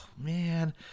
man